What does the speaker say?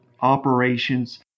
operations